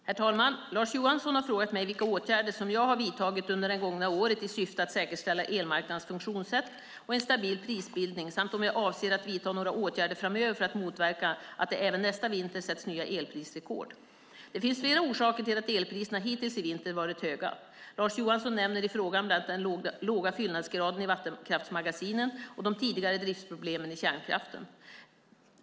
Herr talman! Lars Johansson har frågat mig vilka åtgärder jag har vidtagit under det gångna året i syfte att säkerställa elmarknadens funktionssätt och en stabil prisbildning samt om jag avser att vidta några åtgärder framöver för att motverka att det även nästa vinter sätts nya elprisrekord. Det finns flera orsaker till att elpriserna hittills i vinter varit höga. Lars Johansson nämner i frågan bland annat den låga fyllnadsgraden i vattenkraftsmagasinen och de tidigare driftproblemen i kärnkraften.